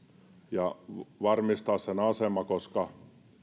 varmistaa sen asema koska